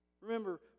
Remember